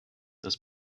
this